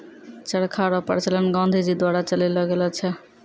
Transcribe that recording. चरखा रो प्रचलन गाँधी जी द्वारा चलैलो गेलो छै